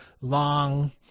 long